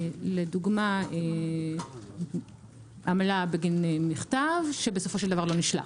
לדוגמה עמלה בגין מכתב שבסופו של דבר לא נשלח.